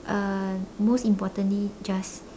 uh most importantly just